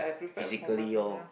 physically lor